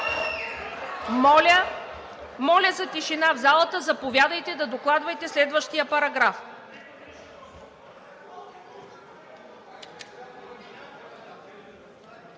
Моля за тишина в залата. Заповядайте да докладвате следващия параграф.